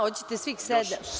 Hoćete svih sedam?